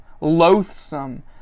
loathsome